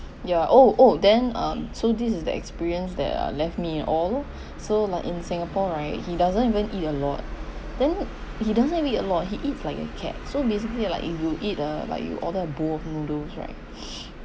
ya oh oh then um so this is the experience that are left me in owe loh so like in singapore right he doesn't even eat a lot then he doesn't even eat a lot he eats like a cat so basically like if you eat a like you order a bowl of noodle right